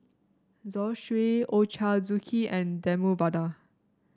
Zosui Ochazuke and Demu Vada